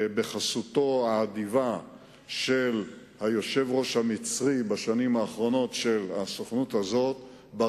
בחסותו האדיבה של היושב-ראש המצרי של הסוכנות הזאת בשנים האחרונות,